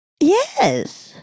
Yes